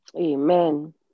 amen